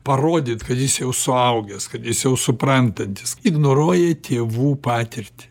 parodyt kad jis jau suaugęs kad jis jau suprantantis ignoruoja tėvų patirtį